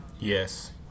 Yes